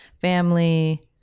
family